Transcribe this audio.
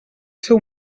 seu